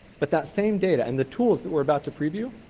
but that same data and the tools that we're about to preview,